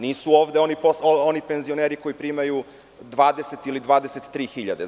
Nisu ovde oni penzioneri koji primaju 20 ili 23 hiljade.